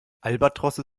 albatrosse